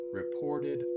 reported